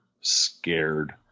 scared